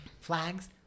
flags